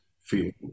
field